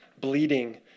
bleeding